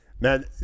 man